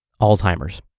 Alzheimer's